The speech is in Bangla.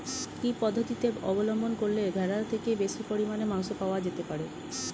কি পদ্ধতিতে অবলম্বন করলে ভেড়ার থেকে বেশি পরিমাণে মাংস পাওয়া যেতে পারে?